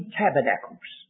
tabernacles